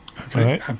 Okay